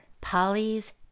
Polly's